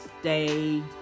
stay